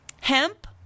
hemp